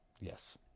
Yes